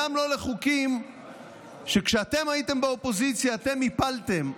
גם לא לחוקים שכשאתם הייתם באופוזיציה אתם הפלתם אותם.